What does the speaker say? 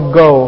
go